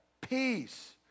Peace